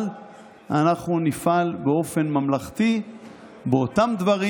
אבל אנחנו נפעל באופן ממלכתי באותם דברים.